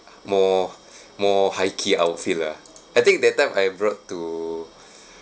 more more high key outfield lah I think that time I brought to